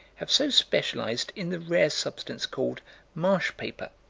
have so specialized in the rare substance called marsh paper.